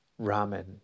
ramen